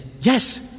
Yes